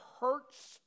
hurts